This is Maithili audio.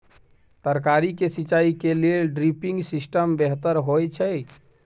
तरकारी के सिंचाई के लेल ड्रिपिंग सिस्टम बेहतर होए छै?